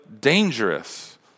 dangerous